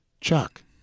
Chuck